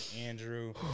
Andrew